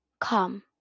come